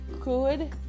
good